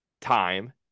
time